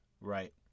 right